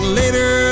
later